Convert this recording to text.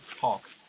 talk